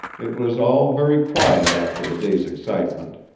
it was all very quiet after the day's excitement,